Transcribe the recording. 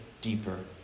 deeper